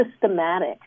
systematic